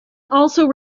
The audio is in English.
also